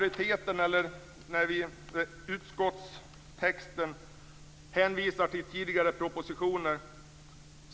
I utskottstexten hänvisar man till tidigare propositioner.